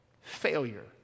failure